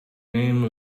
name